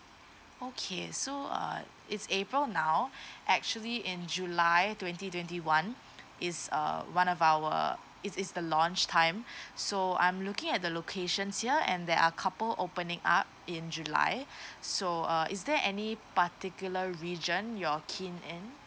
okay so uh it's april now actually in july twenty twenty one is uh one of our it is the launch time so I'm looking at the locations here and there are couple opening up in july so uh is there any particular region you're keen in